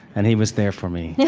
and he was there for me. yeah